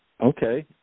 Okay